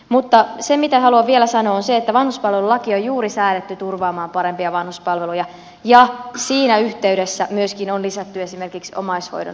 mutta se mitä haluan vielä sanoa on se että vanhuspalvelulaki on juuri säädetty turvaamaan parempia vanhuspalveluja ja siinä yhteydessä myöskin on lisätty esimerkiksi omaishoidon rahoitusta kunnille